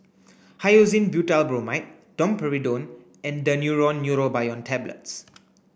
Hyoscine Butylbromide Domperidone and Daneuron Neurobion Tablets